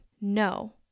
no